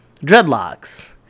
dreadlocks